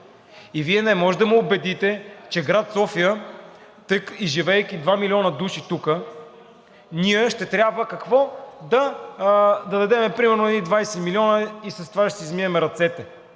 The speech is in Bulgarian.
Вие не може да ме убедите, че в град София, живеейки два милиона души тук, ние ще трябва – какво? – да дадем примерно едни 20 милиона и с това ще си измием ръцете.